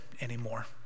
anymore